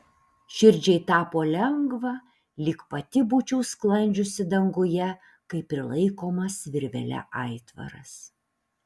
širdžiai tapo lengva lyg pati būčiau sklandžiusi danguje kaip prilaikomas virvele aitvaras